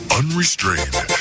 unrestrained